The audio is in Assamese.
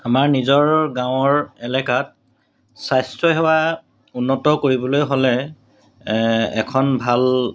আমাৰ নিজৰ গাঁৱৰ এলেকাত স্বাস্থ্যসেৱা উন্নত কৰিবলৈ হ'লে এখন ভাল